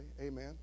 amen